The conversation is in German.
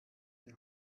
die